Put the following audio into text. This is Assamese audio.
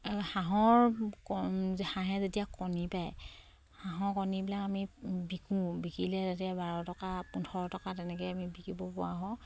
হাঁহৰ হাঁহে যেতিয়া কণী পাৰে হাঁহৰ কণীবিলাক আমি বিকোঁ বিকিলে যেতিয়া বাৰ টকা পোন্ধৰ টকা তেনেকে আমি বিকিব পৰা হওঁ